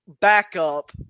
backup